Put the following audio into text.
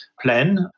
plan